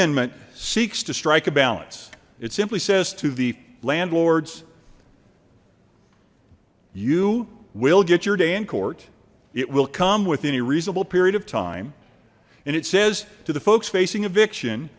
seeks to strike a balance it simply says to the landlords you will get your day in court it will come within a reasonable period of time and it says to the folks facing eviction